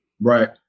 right